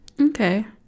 okay